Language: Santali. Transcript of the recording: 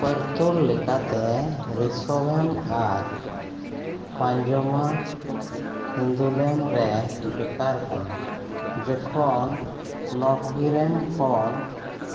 ᱯᱟᱹᱨᱛᱩᱞ ᱞᱮᱠᱟᱛᱮ ᱨᱮᱥᱳᱵᱷᱮᱢ ᱟᱨ ᱯᱟᱧᱡᱚᱢᱟ ᱦᱤᱱᱫᱩ ᱞᱮᱢ ᱨᱮ ᱵᱮᱠᱟᱨ ᱠᱟᱱᱟ ᱡᱚᱠᱷᱚᱱ ᱱᱚᱴᱵᱷᱤᱨᱮᱢ ᱠᱷᱚᱱ